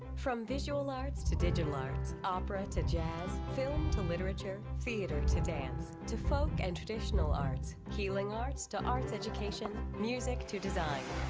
from visual arts to digital arts, opera to jazz, film to literature, theatre to dance, to folk and traditional arts, healing arts to arts education, music to design.